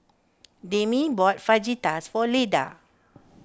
Demi bought Fajitas for Leda